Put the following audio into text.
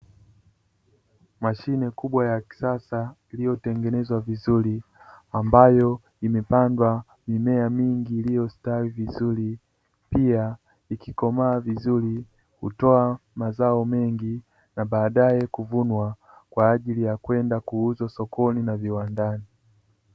Mashine kubwa ya kisasa iliyotengenezwa vizuri ambayo imepandwa mimea mingi iliyostawi vizuri, pia ikikomaa vizuri hutoa mazao mengi na baadae huvunwa kwa ajili ya kwenda kuuzwa sokoni na viwandani.